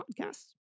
podcasts